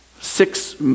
six